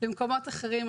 למקומות אחרים.